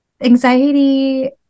Anxiety